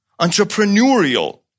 entrepreneurial